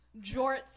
jorts